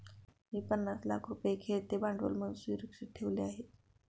मी पन्नास लाख रुपये खेळते भांडवल म्हणून सुरक्षित ठेवले आहेत